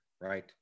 right